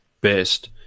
best